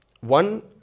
one